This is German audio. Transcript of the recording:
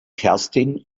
kerstin